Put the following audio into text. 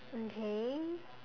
okay